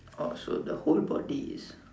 orh so the whole body is